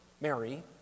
Mary